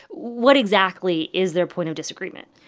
what exactly is their point of disagreement?